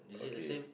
okay